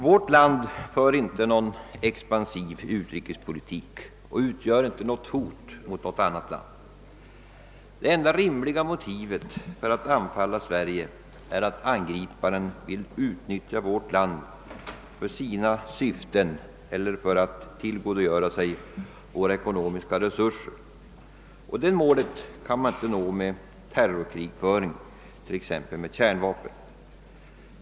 Vårt land för inte någon expansiv utrikespolitik och utgör inte något hot mot något annat land. Det enda rimliga motivet för att anfalla Sverige är, att angriparen vill utnyttja vårt land för sina syften, för att tillgodogöra sig våra ekonomiska resurser 0. ss. v. Det målet kan inte nås med terrorkrigföring, t.ex. med kärnvapen.